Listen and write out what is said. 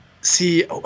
See